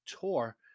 tour